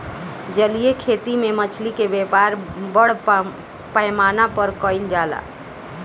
जलीय खेती में मछली के व्यापार बड़ पैमाना पर कईल जाला